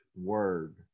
word